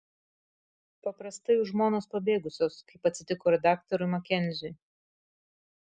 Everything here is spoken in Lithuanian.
paprastai jų žmonos pabėgusios kaip atsitiko ir daktarui makenziui